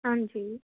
ਹਾਂਜੀ